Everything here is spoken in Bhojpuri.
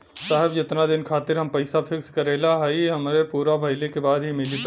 साहब जेतना दिन खातिर हम पैसा फिक्स करले हई समय पूरा भइले के बाद ही मिली पैसा?